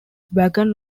wagon